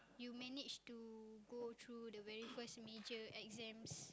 you managed to go through the very first major exams